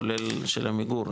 כולל של עמיגור,